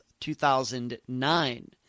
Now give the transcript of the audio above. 2009